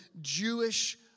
Jewish